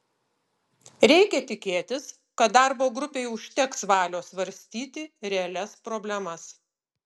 reikia tikėtis kad darbo grupei užteks valios svarstyti realias problemas